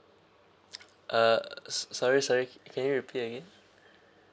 uh sorry sorry can you repeat again